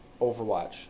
Overwatch